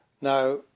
Now